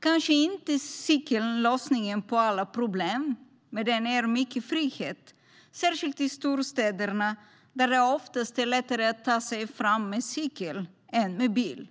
Kanske är inte cykeln lösningen på alla problem, men den ger mycket frihet, särskilt i storstäderna där det oftast är lättare att ta sig fram med cykel än med bil.